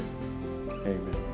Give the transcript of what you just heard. Amen